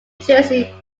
jersey